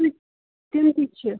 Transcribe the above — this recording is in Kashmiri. تِم تہِ چھِ